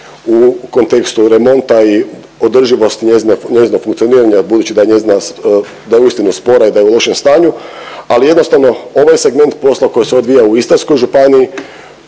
u kontekstu remonta i održivosti njezinog funkcioniranja, budući da je njezina da je uistinu spora i da je u lošem stanju. Ali jednostavno ovo je segment posla koji se odvija u Istarskoj županiji,